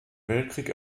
weltkrieg